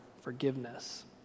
forgiveness